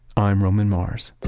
i'm roman mars